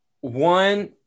one –